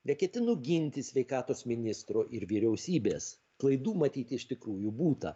neketinu ginti sveikatos ministro ir vyriausybės klaidų matyt iš tikrųjų būta